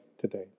today